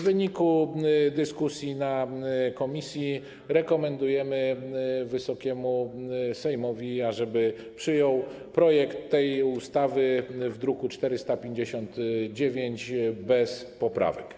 W wyniku dyskusji w komisji rekomendujemy Wysokiemu Sejmowi, ażeby przyjął projekt tej ustawy z druku nr 459 bez poprawek.